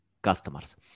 customers